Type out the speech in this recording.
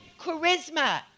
charisma